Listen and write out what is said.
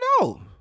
No